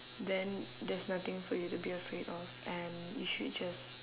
then there's nothing for you to be afraid of and you should just